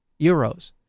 euros